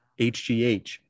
HGH